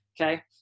okay